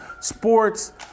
Sports